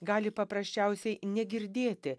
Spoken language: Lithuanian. gali paprasčiausiai negirdėti